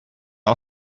een